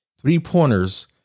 three-pointers